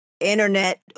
Internet